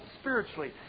spiritually